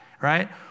right